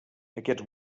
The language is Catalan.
aquests